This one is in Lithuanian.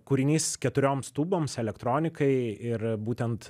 kūrinys keturioms tūboms elektronikai ir būtent